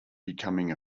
becoming